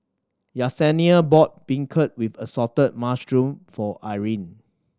Yessenia bought beancurd with assorted mushroom for Irine